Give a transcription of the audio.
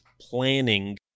planning